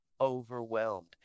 overwhelmed